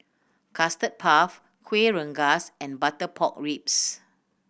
Custard Puff Kueh Rengas and butter pork ribs